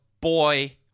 boy